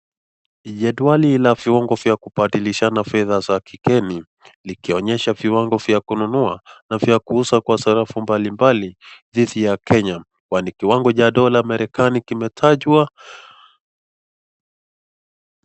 Jedwali la viungo vya kubadilishana fedha za kigeni. Likionesha viwango vya kununua na vya kuuza kwa sarafu mbali mbali dhidi ya Kenya. Kwani kiwango cha (dollar) marekani kimetajwa.